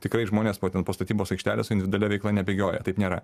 tikrai žmonės būtent po statybos aikštelės su individualia veikla nebėgioja taip nėra